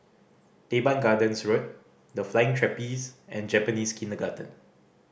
Teban Gardens Road The Flying Trapeze and Japanese Kindergarten